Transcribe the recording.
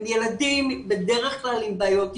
הם ילדים בדרך כלל עם בעיות התנהגות,